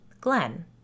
Glenn